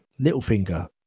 littlefinger